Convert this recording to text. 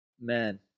Man